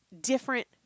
different